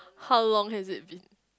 how long has it been